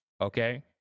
Okay